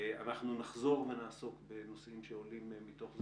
אנחנו נחזור ונעסוק בנושאים שעולים מתוך זה,